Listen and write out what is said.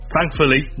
Thankfully